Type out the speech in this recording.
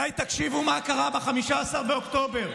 אולי תקשיבו מה קרה ב-15 באוקטובר?